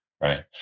Right